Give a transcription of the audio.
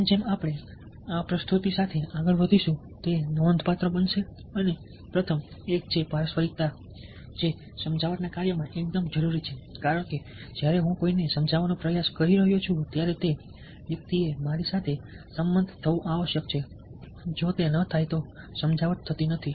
જેમ જેમ આપણે આ પ્રસ્તુતિ સાથે આગળ વધીશું તે નોંધપાત્ર બનશે અને પ્રથમ એક છે પારસ્પરિકતા જે સમજાવટના કાર્યમાં એકદમ જરૂરી છે કારણ કે જ્યારે હું કોઈને સમજાવવાનો પ્રયાસ કરી રહ્યો છું ત્યારે તે વ્યક્તિએ મારી સાથે સંમત થવું આવશ્યક છે જો તે ન થાય તો સમજાવટ થતી નથી